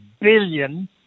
billion